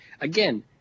Again